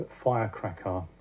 Firecracker